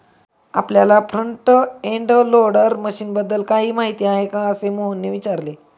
आपल्याला front end loader मशीनबद्दल काही माहिती आहे का, असे मोहनने विचारले?